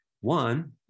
One